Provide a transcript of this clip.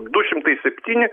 du šimtai septyni